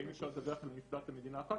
אם אפשר לדווח במדינה אחת,